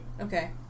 Okay